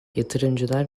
yatırımcılar